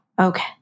Okay